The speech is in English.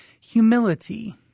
humility